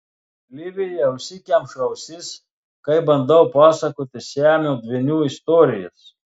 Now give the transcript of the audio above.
livija užsikemša ausis kai bandau pasakoti siamo dvynių istorijas